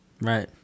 Right